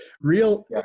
Real